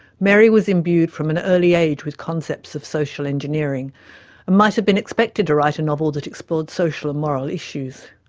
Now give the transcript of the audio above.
mary was imbued from an early age with concepts of social engineering and might have been expected to write a novel that explored social and moral issues.